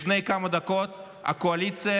לפני כמה דקות הקואליציה